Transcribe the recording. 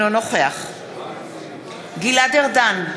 אינו נוכח גלעד ארדן,